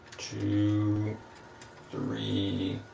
two three